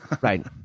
right